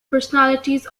personalities